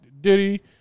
Diddy